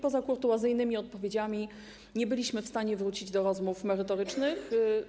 Poza kurtuazyjnymi odpowiedziami nie byliśmy w stanie wrócić do rozmów merytorycznych.